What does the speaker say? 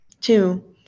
Two-